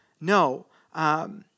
No